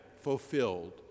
fulfilled